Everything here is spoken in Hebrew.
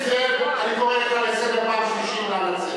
אני קורא אותך לסדר פעם שלישית.